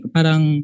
Parang